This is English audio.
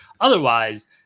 otherwise